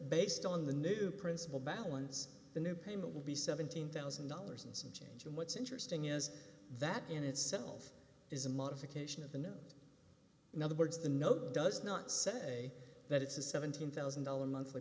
based on the new principle balance the new payment will be seventeen thousand dollars and some change and what's interesting is that in itself is a modification of the new and in other words the note does not say that it's a seventeen thousand dollars monthly